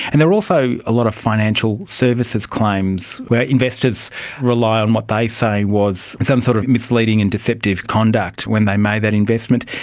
and there are also a lot of financial services claims where investors rely on what they was some sort of misleading and deceptive conduct when they made that investment.